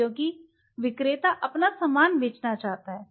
क्योंकि विक्रेता अपना सामान बेचना चाहता है